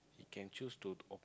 he can choose to opt